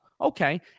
okay